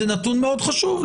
זה נתון מאוד חשוב.